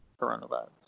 coronavirus